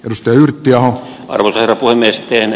risto jyrki aho arvelee kuvanveistäjänä